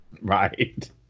Right